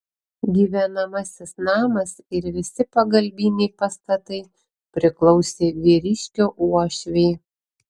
gyvenamasis namas ir visi pagalbiniai pastatai priklausė vyriškio uošvei